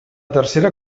tercera